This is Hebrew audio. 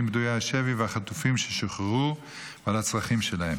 פדויי השבי והחטופים ששוחררו ועל הצרכים שלהם.